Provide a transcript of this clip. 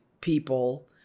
people